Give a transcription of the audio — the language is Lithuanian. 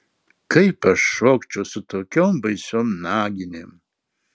kaip aš šokčiau su tokiom baisiom naginėm